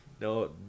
no